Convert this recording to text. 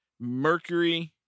Mercury